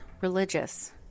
religious